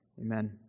Amen